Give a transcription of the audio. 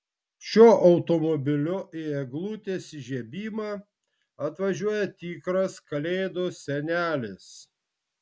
šiuo automobiliu į eglutės įžiebimą atvažiuoja tikras kalėdų senelis